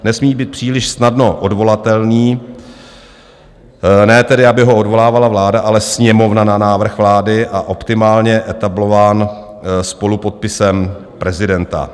Nesmí být příliš snadno odvolatelný, ne tedy, aby ho odvolávala vláda, ale Sněmovna na návrh vlády, a optimálně etablován spolupodpisem prezidenta.